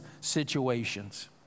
situations